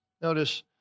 notice